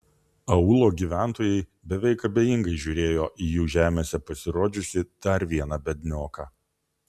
aūlo gyventojai beveik abejingai žiūrėjo į jų žemėse pasirodžiusį dar vieną biednioką